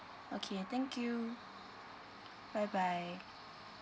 okay thank you bye bye